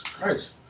Christ